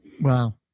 wow